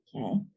Okay